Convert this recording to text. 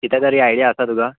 कितें तरी आयडिया आसा तुका